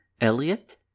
Elliot